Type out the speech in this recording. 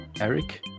Eric